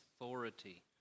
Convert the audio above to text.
authority